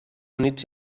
units